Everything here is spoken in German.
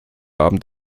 abend